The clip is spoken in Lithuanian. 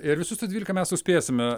ir visus tuos dvylika mes suspėsime